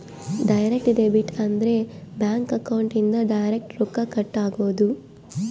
direct debit ಅಂದ್ರ bank account ಇಂದ direct ರೊಕ್ಕ ಕಟ್ ಆಗೋದು